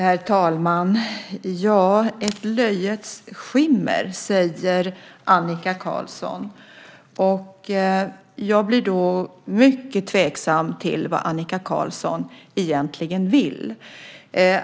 Herr talman! Ett löjets skimmer, säger Annika Qarlsson. Jag blir då mycket tveksam till vad Annika Qarlsson egentligen vill.